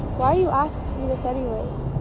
why are you asking me this anyways?